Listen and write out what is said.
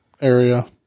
area